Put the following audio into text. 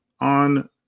on